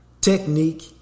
technique